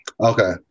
Okay